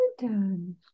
done